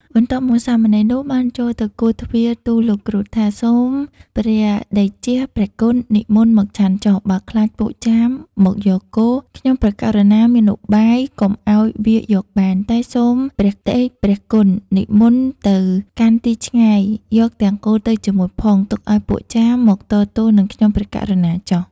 បន្ទាប់មក សាមណេរនោះបានចូលទៅគោះទ្វារទូលលោកគ្រូថា "សូមព្រះតេជះព្រះគុណនិមន្តមកឆាន់ចុះ បើខ្លាចពួកចាមមកយកគោ ខ្ញុំព្រះករុណាមានឧបាយកុំឲ្យវាយកបាន តែសូមព្រះតេជព្រះគុណនិមន្តទៅកាន់ទីឆ្ងាយ យកទាំងគោទៅជាមួយផង ទុកឲ្យពួកចាមមកតទល់នឹងខ្ញុំព្រះករុណាចុះ"។